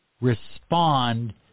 respond